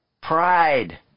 Pride